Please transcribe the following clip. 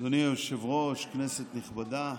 אדוני היושב-ראש, כנסת נכבדה,